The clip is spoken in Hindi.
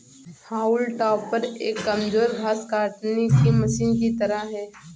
हाउल टॉपर एक कमजोर घास काटने की मशीन की तरह है